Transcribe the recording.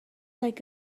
like